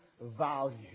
value